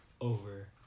over